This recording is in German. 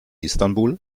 istanbul